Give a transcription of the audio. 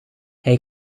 hij